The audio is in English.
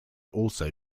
also